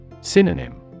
Synonym